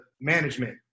management